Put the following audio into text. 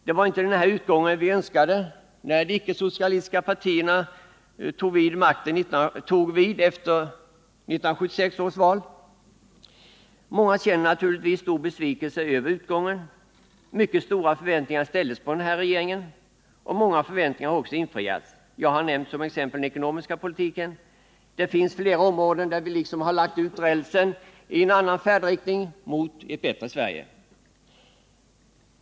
Det var inte den här utgången vi önskade när de icke socialistiska partierna tog vid efter 1976 års val. Många känner naturligtvis stor besvikelse över utgången. Mycket stora förväntningar ställdes på den regeringen. Många förväntningar har också infriats. Jag har nämnt som exempel den ekonomiska politiken. Det finns fler områden där vi liksom har lagt ut rälsen i en annan färdriktning — mot ett bättre Sverige.